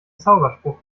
zauberspruch